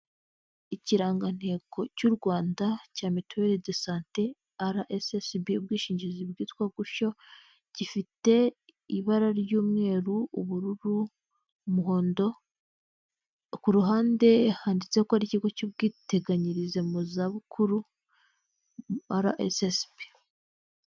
Ikirangantego cy'u Rwanda cya mituweli de sante RSSB ubwishingizi bwitwa gutyo, gifite ibara ry'umweru, ubururu, umuhondo, ku ruhande handitse ko ari ikigo cy'ubwiteganyirize mu zabukuru RSSB.